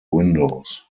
windows